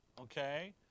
okay